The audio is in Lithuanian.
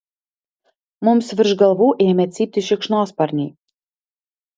mums virš galvų ėmė cypti šikšnosparniai